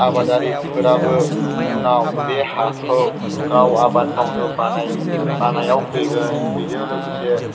आबादारिफोराबो उनाव बे हाखौ गाव आबाद मावनो बानायाव फैगोन बिजों लोगोसे